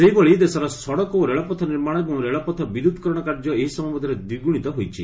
ସେହିଭଳି ଦେଶର ସଡ଼କ ଓ ରେଳପଥ ନିର୍ମାଣ ଏବଂ ରେଳପଥ ବିଦ୍ୟୁତ୍କରଣ କାର୍ଯ୍ୟ ଏହି ସମୟ ମଧ୍ୟରେ ଦ୍ୱିଗୁଣିତ ହୋଇଛି